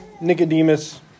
Nicodemus